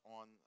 on